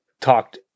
talked